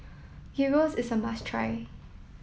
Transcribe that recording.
hero is a must try